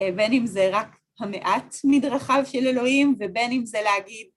בין אם זה רק המעט מדרכיו של אלוהים, ובין אם זה להגיד...